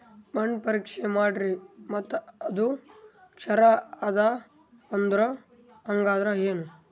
ಮಣ್ಣ ಪರೀಕ್ಷಾ ಮಾಡ್ಯಾರ್ರಿ ಮತ್ತ ಅದು ಕ್ಷಾರ ಅದ ಅಂದ್ರು, ಹಂಗದ್ರ ಏನು?